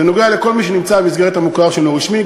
זה נוגע לכל מי שנמצא במסגרת המוכר שאינו רשמי: